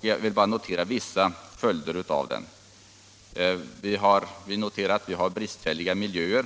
Jag vill nu notera vissa följder av den. Vi har bristfälliga miljöer;